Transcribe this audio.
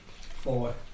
Four